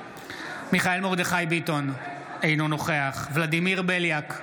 מיכאל מרדכי ביטון, אינו נוכח ולדימיר בליאק,